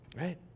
Right